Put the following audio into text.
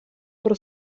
про